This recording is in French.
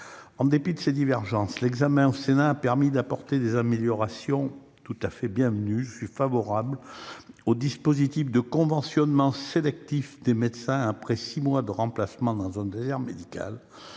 En dépit de ces divergences, l'examen du texte par le Sénat a permis d'apporter des améliorations bienvenues. Je suis en effet favorable au dispositif de conventionnement sélectif des médecins après six mois de remplacement dans un désert médical,